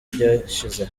byashize